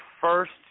first